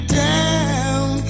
down